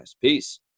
Peace